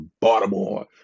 Baltimore